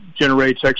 generates